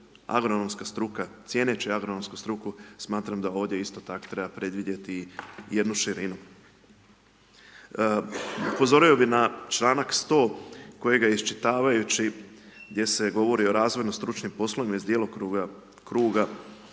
agronomska struka, cijenit će agronomsku struku, smatram da ovdje isto tako treba predvidjeti i jednu širinu. Upozorio bi na članak 100. kojega iščitavajući gdje se govori o razvojno-stručnim poslovima iz djelokruga